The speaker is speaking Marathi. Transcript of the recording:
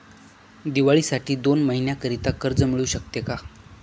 दिवाळीसाठी दोन महिन्याकरिता कर्ज मिळू शकते का?